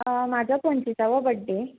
म्हजो पंचिसावो बड्डे